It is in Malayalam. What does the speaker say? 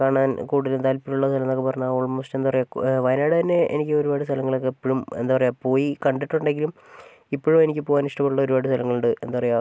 കാണാൻ കൂടുതലും താല്പര്യം ഉള്ള സ്ഥലം എന്നൊക്കെ പറഞ്ഞാൽ ഓൾമോസ്റ്റ് എന്താണ് പറയുക വയനാട് തന്നെ എനിക്ക് ഒരുപാട് സ്ഥലങ്ങളൊക്കെ ഇപ്പൊഴും എന്താണ് പറയുക പോയി കണ്ടിട്ടുണ്ടെങ്കിലും ഇപ്പോഴും എനിക്ക് പോകാനിഷ്ടമുള്ള ഒരുപാട് സ്ഥലങ്ങളുണ്ട് എന്താണ് പറയുക